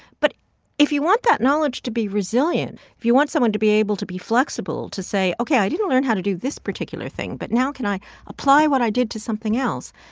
but if you want that knowledge to be resilient, if you want someone to be able to be flexible, to say, ok, i didn't learn how to do this particular thing, but now can i apply what i did to something else,